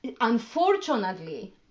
unfortunately